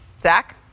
Zach